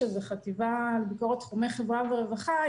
שזאת החטיבה לביקורות על תחומי חברה ורווחה,